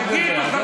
ולכן הממשלה,